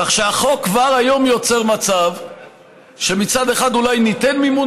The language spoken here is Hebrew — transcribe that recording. כך שהחוק כבר היום יוצר מצב שמצד אחד אולי ניתן מימון